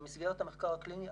במסגרת המחקר הקליני,